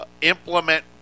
implement